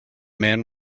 man